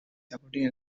supporting